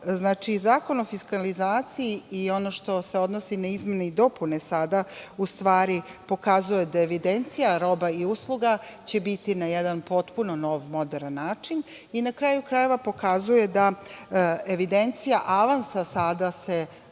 zakon o fiskalizaciji i ono što se odnosi na izmene i dopune sada u stvari pokazuje da evidencija roba i usluga će biti na jedan potpuno nov moderan način. Na kraju krajeva, pokazuje da evidencija avansa će se